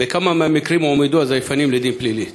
3. בכמה מהמקרים הועמדו הזייפנים לדין פלילי?